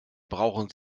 brauchen